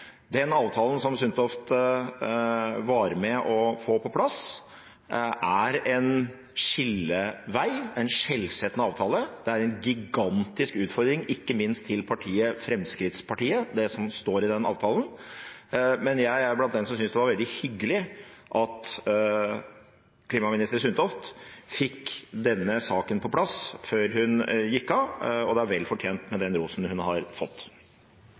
Den avtalen som Sundtoft var med på å få på plass, er en skillevei, det er en skjellsettende avtale. Det er en gigantisk utfordring, ikke minst til partiet Fremskrittspartiet, det som står i avtalen. Jeg er blant dem som synes det var veldig hyggelig at klimaminister Sundtoft fikk denne saken på plass før hun gikk av, og den er vel fortjent den rosen hun har fått.